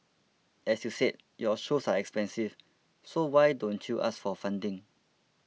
as you said your shows are expensive so why don't you ask for funding